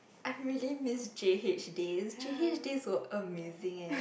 I really miss J_H days J_H days was amazing eh